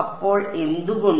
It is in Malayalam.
അപ്പോൾ എന്തുകൊണ്ട്